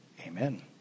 Amen